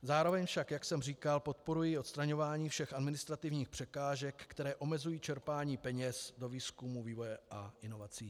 Zároveň však, jak jsem říkal, podporuji odstraňování všech administrativních překážek, které omezují čerpání peněz do výzkumu, vývoje a inovací.